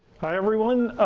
hi everyone.